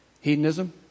hedonism